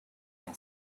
can